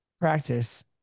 practice